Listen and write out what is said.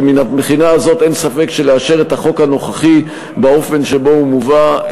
ומהבחינה הזאת אין ספק שעל אישור החוק הנוכחי באופן שבו הוא מובא,